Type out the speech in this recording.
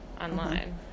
online